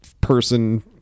person